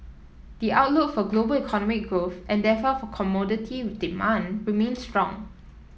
the outlook for global economy growth and therefore for commodity demand remain strong